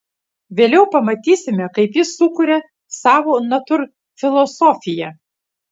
vėliau pamatysime kaip jis sukuria savo natūrfilosofiją